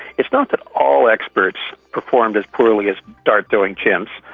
it's not that all experts performed as poorly as dart-throwing chimps.